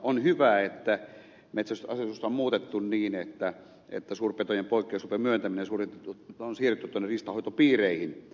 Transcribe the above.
on hyvä että metsästysasetusta on muutettu niin että suurpetojen poikkeuslupien myöntäminen on siirretty riistanhoitopiireihin